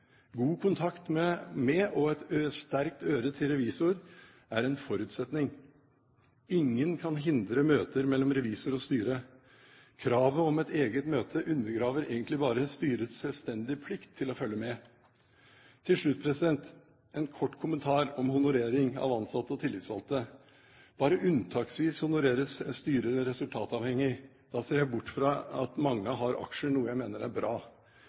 God kontakt med og et sterkt øre til revisor er en forutsetning. Ingen kan hindre møter mellom revisor og styre. Kravet om et eget møte undergraver egentlig bare styrets selvstendige plikt til å følge med. Til slutt en kort kommentar om honorering av ansatte og tillitsvalgte. Bare unntaksvis honoreres styret resultatavhengig. Da ser jeg bort fra at mange har aksjer, noe jeg mener er bra.